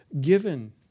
given